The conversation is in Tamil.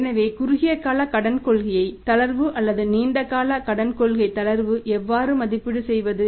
எனவே குறுகிய கால கடன் கொள்கை தளர்வு அல்லது நீண்ட கால கடன் கொள்கை தளர்வு எவ்வாறு மதிப்பீடு செய்வது